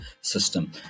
system